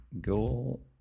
goal